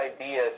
idea